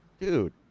Dude